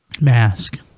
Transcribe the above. Mask